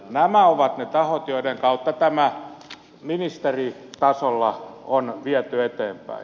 nämä ovat ne tahot joiden kautta tämä ministeritasolla on viety eteenpäin